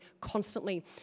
constantly